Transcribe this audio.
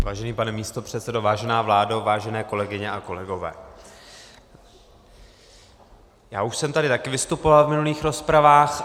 Vážený pane místopředsedo, vážená vládo, vážené kolegyně a kolegové, já už jsem tady taky vystupoval v minulých rozpravách.